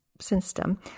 system